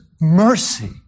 mercy